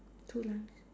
two lines